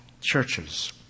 churches